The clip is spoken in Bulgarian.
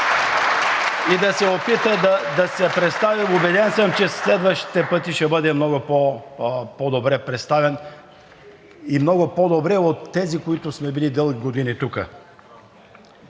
Промяната“ и ДПС.) Убеден съм, че следващите пъти ще бъде много по-добре представен и много по-добре от тези, които сме били дълги години тук.